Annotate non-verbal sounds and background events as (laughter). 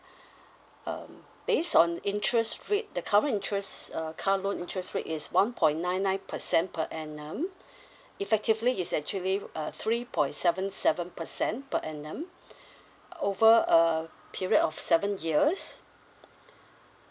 um based on interest rate the current interests uh car loan interest rate is one point nine nine percent per annum (breath) effectively it's actually a three point seven seven percent per annum over a period of seven years